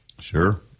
Sure